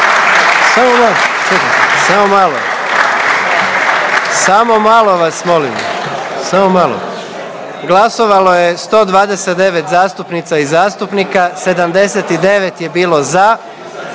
samo malo, glasovalo je 129 zastupnica i zastupnika, 79 je bilo za,